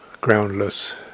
groundless